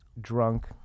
Drunk